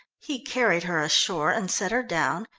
he carried her ashore, and set her down,